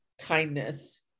kindness